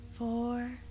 four